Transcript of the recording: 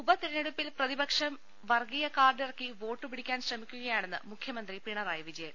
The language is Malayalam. ഉപതെരഞ്ഞെടുപ്പിൽ പ്രതിപക്ഷം വർഗീയ കാർഡിറക്കി വോട്ട് പിടിക്കാൻ ശ്രമിക്കുകയാണെന്ന് മുഖ്യമന്ത്രി പിണറായി വിജയൻ